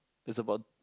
it's about